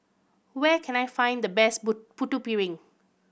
where can I find the best Putu Piring